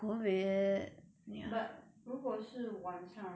but 如果是晚上 right 肯定很少人的